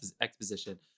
exposition